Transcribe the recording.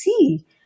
see